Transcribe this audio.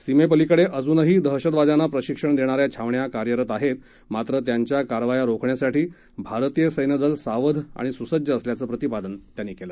सीमेपलीकडे अजूनही दहशतवाद्यांना प्रशिक्षण देणा या छावण्या कार्यरत आहेत मात्र त्यांच्या कारवाया रोखण्यासाठी भारतीय सैन्यदल सावध आणि सुसज्ज असल्याचं प्रतिपादन त्यांनी केलं